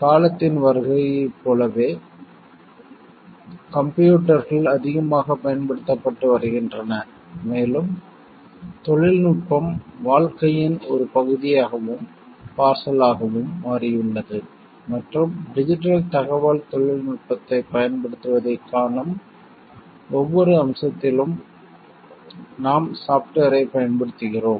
காலத்தின் வருகையைப் போலவே கம்ப்யூட்டர்கள் அதிகமாகப் பயன்படுத்தப்பட்டு வருகின்றன மேலும் தொழில்நுட்பம் வாழ்க்கையின் ஒரு பகுதியாகவும் பார்சலாகவும் மாறியுள்ளது மற்றும் டிஜிட்டல் தகவல் தொழில்நுட்பத்தைப் பயன்படுத்துவதைக் காணும் ஒவ்வொரு அம்சத்திலும் நாம் சாப்ட்வேரைப் பயன்படுத்துகிறோம்